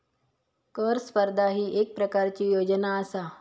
कर स्पर्धा ही येक प्रकारची योजना आसा